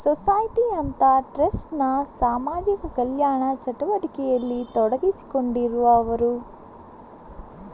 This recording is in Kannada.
ಸೊಸೈಟಿ ಅಥವಾ ಟ್ರಸ್ಟ್ ನ ಸಾಮಾಜಿಕ ಕಲ್ಯಾಣ ಚಟುವಟಿಕೆಯಲ್ಲಿ ತೊಡಗಿಸಿಕೊಂಡಿರುವವರು